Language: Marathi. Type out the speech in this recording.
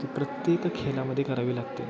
ती प्रत्येक खेळामध्ये करावी लागते